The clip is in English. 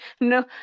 No